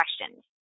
questions